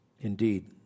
indeed